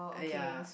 and ya